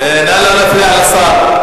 נא לא להפריע לשר.